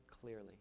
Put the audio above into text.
clearly